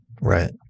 Right